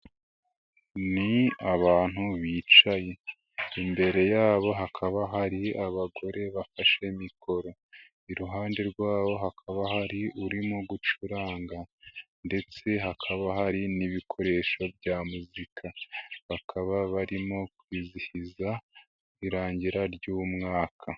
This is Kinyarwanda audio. Ni abantu bicaye, imbere yabo hakaba hari abagore bafashe mikoro, iruhande rwabo hakaba hari urimo gucuranga ndetse hakaba hari n'ibikoresho bya muzika, bakaba barimo kwizihiza irangira ry'umwaka.